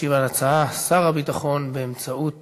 ישיב על ההצעה שר הביטחון, באמצעות